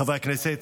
חברי הכנסת,